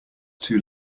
too